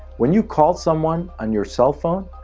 when you call someone on your cell phone,